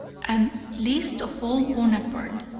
and least of all bonaparte.